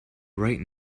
right